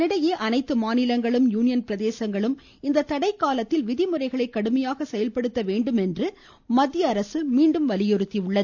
இதனிடையே அனைத்து மாநிலங்களும் யூனியன் பிரதேசங்களும் இத்தடைக்காலத்தில் விதிமுறைகளை கடுமையாக செயல்படுத்த வேண்டும் என மத்திய அரசு மீண்டும் வலியுறுத்தியுள்ளது